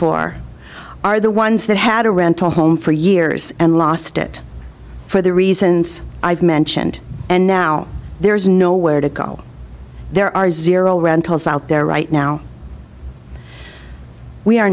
for are the ones that had a rental home for years and lost it for the reasons i've mentioned and now there is no where to go there are zero rentals out there right now we are